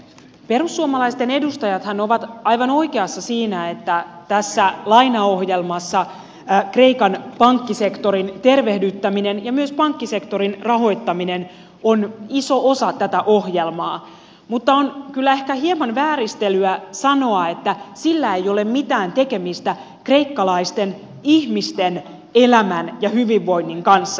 perussuomalaisten edustajathan ovat aivan oikeassa siinä että tässä lainaohjelmassa kreikan pankkisektorin tervehdyttäminen ja myös pankkisektorin rahoittaminen ovat iso osa tätä ohjelmaa mutta on kyllä ehkä hieman vääristelyä sanoa että sillä ei ole mitään tekemistä kreikkalaisten ihmisten elämän ja hyvinvoinnin kanssa